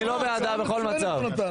אני לא בעד זה בכל מצב.